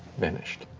vanished.